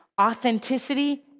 Authenticity